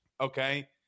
okay